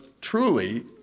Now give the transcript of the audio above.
truly